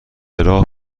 راه